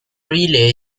relay